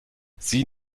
sie